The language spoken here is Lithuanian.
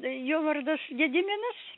jo vardas gediminas